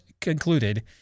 concluded